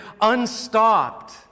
unstopped